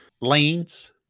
lanes